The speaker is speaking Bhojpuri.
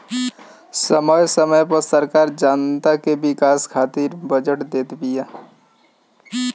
समय समय पअ सरकार जनता के विकास खातिर बजट देत बिया